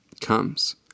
comes